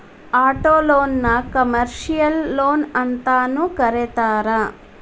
ಆಟೊಲೊನ್ನ ಕಮರ್ಷಿಯಲ್ ಲೊನ್ಅಂತನೂ ಕರೇತಾರ